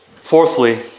Fourthly